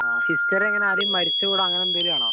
ആ ഹിസ്റ്ററി ഏങ്ങനെയാണ് ആരേയും മരിച്ച വീട് അങ്ങനെ എന്തെങ്കിലും ആണോ